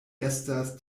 estas